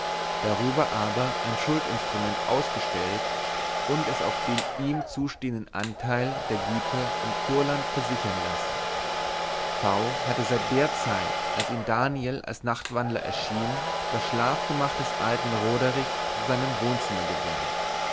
darüber aber ein schuldinstrument ausgestellt und es auf den ihm zustehenden anteil der güter in kurland versichern lassen v hatte seit der zeit als ihm daniel als nachtwandler erschien das schlafgemach des alten roderich zu seinem wohnzimmer gewählt